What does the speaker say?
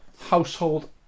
household